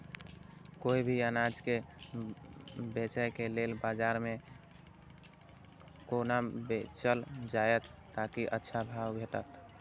कोय भी अनाज के बेचै के लेल बाजार में कोना बेचल जाएत ताकि अच्छा भाव भेटत?